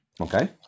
Okay